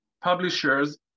publishers